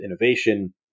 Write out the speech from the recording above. innovation